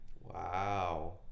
wow